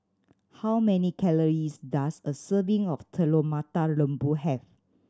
how many calories does a serving of Telur Mata Lembu have